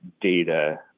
data